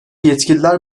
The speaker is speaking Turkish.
yetkililer